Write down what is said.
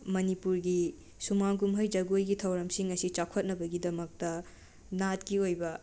ꯃꯅꯤꯄꯨꯔꯒꯤ ꯁꯨꯃꯥꯡ ꯀꯨꯝꯍꯩ ꯖꯒꯣꯏꯒꯤ ꯊꯧꯔꯝꯁꯤꯡ ꯑꯁꯤ ꯆꯥꯎꯈꯠꯅꯕꯒꯤꯗꯃꯛꯇ ꯅꯥꯠꯀꯤ ꯑꯣꯏꯕ